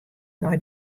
nei